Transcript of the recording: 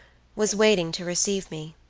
was waiting to receive me.